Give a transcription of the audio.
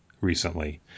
recently